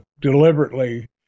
deliberately